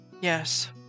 Yes